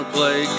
play